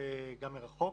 גם מרחוק.